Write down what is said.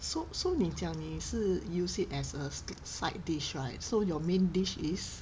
so so 你讲你是 use it as a side dish right so your main dish is